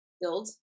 build